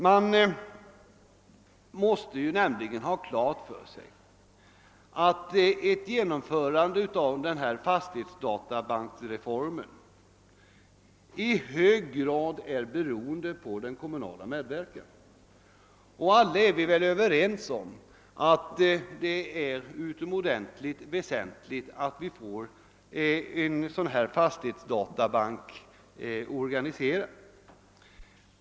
Man måste nämligen ha klart för sig att ett genomförande av denna fastighetsdatabankreform i hög grad är beroende av den kommunala medverkan. Alla är vi väl överens om att det är utomordentligt väsentligt att vi får en dylik fastighetsdatabank organiserad.